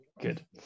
Good